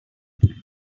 came